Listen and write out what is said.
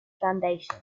foundation